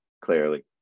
clearly